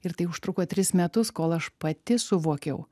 ir tai užtruko tris metus kol aš pati suvokiau